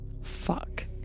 Fuck